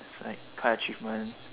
like car achievement